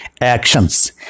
actions